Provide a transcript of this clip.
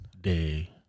day